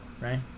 right